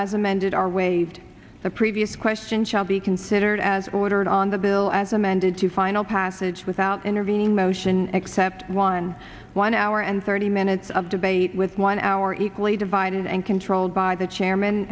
as amended are waived the previous question shall be considered as ordered on the bill as amended to final passage without intervening motion except one one hour and thirty minutes of debate with one hour equally divided and controlled by the chairman